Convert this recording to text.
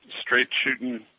straight-shooting